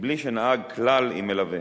בלי שנהג כלל עם מלווה.